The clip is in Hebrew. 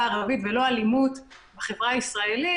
הערבית ולא אלימות בחברה הישראלית,